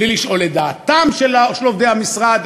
בלי לשאול את דעתם של עובדי המשרד,